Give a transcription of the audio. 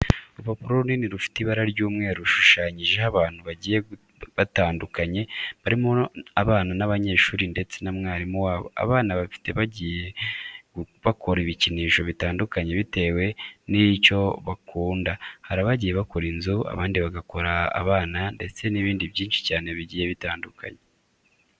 Urupapuro runini rufite ibara ry'umweru rushushanyijeho abantu bagiye batandukanye, barimo abana b'abanyeshuri ndetse na mwarimu wabo. Abana bafite bagiye bakora ibikinisho bitandukanye bitewe n'icyo bakunda. Hari abagiye bakora inzu, abandi bagakora abana ndetse n'ibindi byinshi cyane bigiye bitandukanye.